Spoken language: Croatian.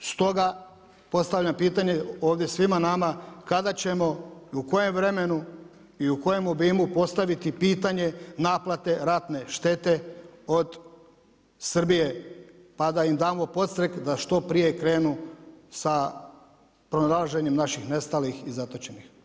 Stoga postavljam pitanje ovdje svima nama, kada ćemo i u kojem vremenu i u kojem obimu postaviti pitanje naplate ratne štete od Srbije pa da im damo podstreh da što prije krenu sa pronalaženjem našim nestalih i zatočenih?